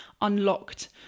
unlocked